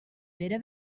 pere